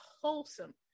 wholesome